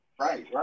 Right